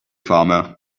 farmer